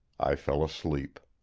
i fell asleep.